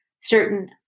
certain